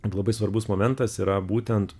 labai svarbus momentas yra būtent